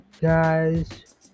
guys